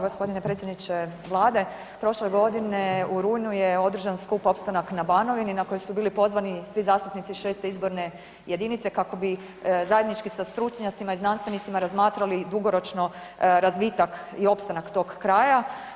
G. predsjedniče Vlade, prošle godine u rujnu je održan skup Opstanak na Banovini na koji su bili pozvani svi zastupnici VI. izborne jedinice kako bi zajednički sa stručnjacima i znanstvenicima razmatrali dugoročno razvitak i opstanak tog kraja.